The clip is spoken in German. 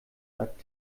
sagt